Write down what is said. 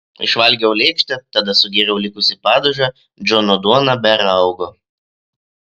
išvalgiau lėkštę tada sugėriau likusį padažą džono duona be raugo